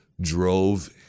drove